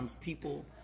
people